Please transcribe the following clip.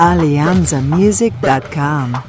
Alianzamusic.com